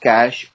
Cash